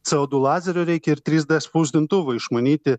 co du lazerio reikia ir trys d spausdintuvą išmanyti